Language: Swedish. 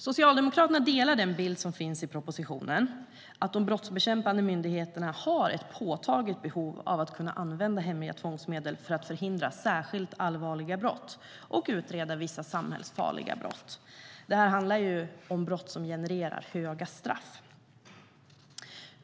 Socialdemokraterna instämmer i den bild som finns i propositionen, nämligen att de brottsbekämpande myndigheterna har ett påtagligt behov av att kunna använda hemliga tvångsmedel för att förhindra särskilt allvarliga brott och utreda vissa samhällsfarliga brott. Det här handlar ju om brott som genererar höga straff.